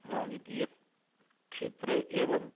राजकीयक्षेत्रे एवं